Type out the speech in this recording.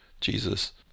Jesus